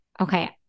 Okay